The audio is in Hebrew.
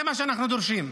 זה מה שאנחנו דורשים.